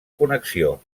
connexió